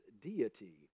deity